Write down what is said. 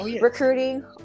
recruiting